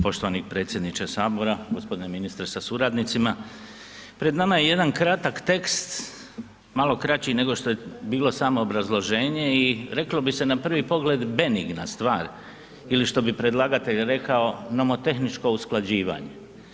Poštovani predsjedniče sabora, gospodine ministre sa suradnicima, pred nama je jedan kratak tekst malo kraći nego što je bilo samo obrazloženje i reklo bi se na prvi pogled benigna stvar ili što bi predlagatelj rekao nomotehničko usklađivanje.